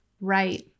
Right